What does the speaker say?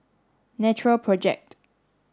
Natural Project